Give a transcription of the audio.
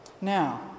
Now